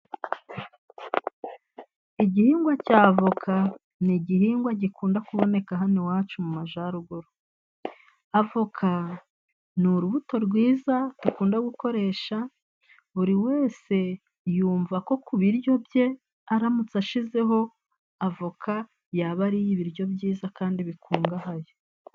Igihingwa cya avoka ni igihingwa gikunda kuboneka hano iwacu mu majaruguru. Avoka ni urubuto rwiza rukunda gukoresha buri wese yumva ko ku biryo bye aramutse ashizeho avoka yaba ariye ibiryo byiza kandi bikungahaye.